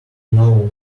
know